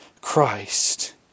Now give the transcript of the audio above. Christ